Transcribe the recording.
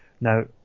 now